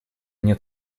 нет